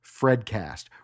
fredcast